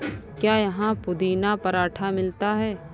क्या यहाँ पुदीना पराठा मिलता है?